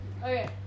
Okay